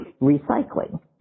recycling